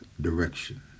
direction